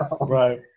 Right